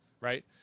Right